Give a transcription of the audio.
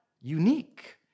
unique